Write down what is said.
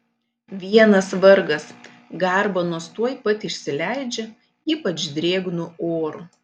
vienas vargas garbanos tuoj pat išsileidžia ypač drėgnu oru